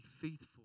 faithful